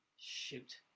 Shoot